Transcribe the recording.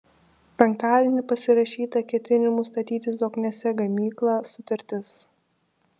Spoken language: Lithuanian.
penktadienį pasirašyta ketinimų statyti zokniuose gamyklą sutartis